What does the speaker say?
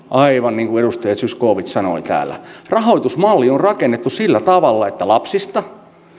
aivan niin kuin edustaja zyskowicz sanoi täällä niin rahoitusmalli on rakennettu sillä tavalla että lapsista